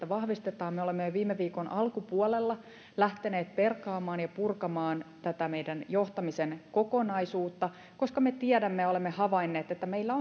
vahvistetaan me olemme jo viime viikon alkupuolella lähteneet perkaamaan ja purkamaan tätä meidän johtamisen kokonaisuutta koska me tiedämme ja olemme havainneet että meillä